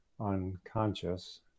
unconscious